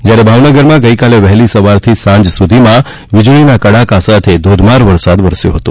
જ્યારે ભાવનગરમાં ગઈકાલે વહેલી સવારથી સાંજ સુધીમાં વીજળીના કડાકા સાથે ધોધમાર વરસાદ વરસ્યો હતો